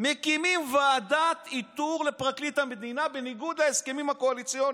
מקימים ועדת איתור לפרקליט המדינה בניגוד להסכמים הקואליציוניים,